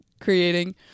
creating